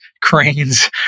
cranes